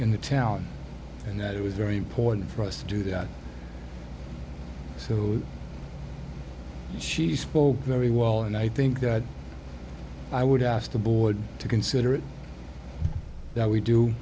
in the town and it was very important for us to do that so she spoke very well and i think that i would ask the board to consider that we do